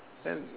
then